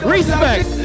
Respect